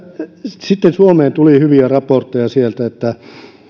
sitten suomeen tuli hyviä raportteja sieltä että